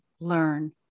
learn